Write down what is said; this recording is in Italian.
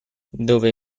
dove